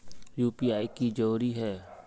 UPI की जरूरी है?